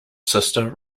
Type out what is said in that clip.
sister